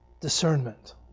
Discernment